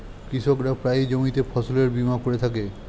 কৃষকরা প্রায়ই জমিতে ফসলের বীমা করে থাকে